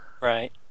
Right